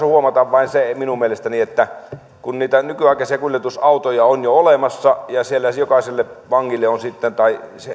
huomata se että kun niitä nykyaikaisia kuljetusautoja on jo olemassa ja siellä jokaiselle vangille tai